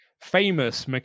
Famous